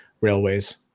railways